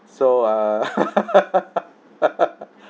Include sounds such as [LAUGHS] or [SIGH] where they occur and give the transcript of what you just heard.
so uh [LAUGHS]